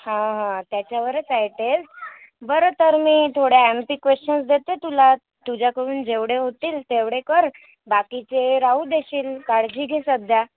हां हां त्याच्यावरच आहे टेस्ट बरं तर मी थोड्या आय एम पी क्वेश्चन्स देते तुला तुझ्या करून जेवढे होतील तेवढे कर बाकीचे राहू देशील काळजी घे सध्या